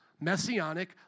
messianic